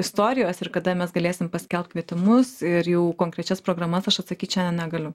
istorijos ir kada mes galėsim paskelbt kvietimus ir jau konkrečias programas aš atsakyt šiandien negaliu